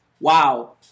Wow